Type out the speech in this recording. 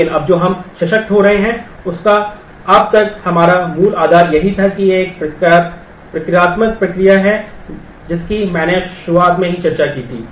लेकिन अब जो हम सशक्त हो रहे हैं उसका अब तक हमारा मूल आधार यही था कि यह एक प्रक्रियात्मक प्रक्रिया है जिसकी मैंने शुरुआत में ही चर्चा की थी